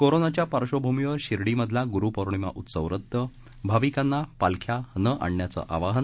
कोरोनाच्या पार्श्वभूमीवर शिर्डीमधला गुरुपौर्णिमा उत्सव रद्द भाविकांना पालख्या न आणण्याचं आवाहन